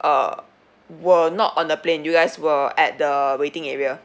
uh were not on the plane you guys were at the waiting area